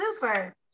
Super